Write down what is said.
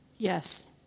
Yes